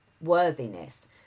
worthiness